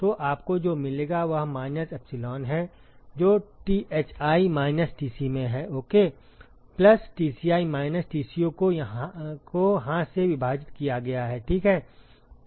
तो आपको जो मिलेगा वह माइनस एप्सिलॉन है जो Thi माइनस Tc में है okay plus Tci minus Tco को हाँ से विभाजित किया गया है ठीक है